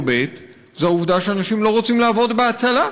ב' זו העובדה שאנשים לא רוצים לעבוד בהצלה,